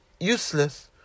useless